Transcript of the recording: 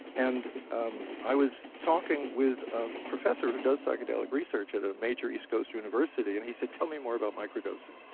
and um i was talking with a professor who does psychedelic research at a major east coast university, and he said tell me more about micro-dosing.